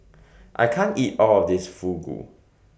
I can't eat All of This Fugu